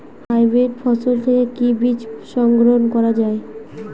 Hybrid ফসল থেকে কি বীজ সংগ্রহ করা য়ায়?